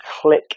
click